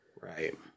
right